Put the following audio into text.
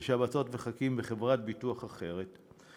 ביטוח לשבתות וחגים בחברת ביטוח אחרת,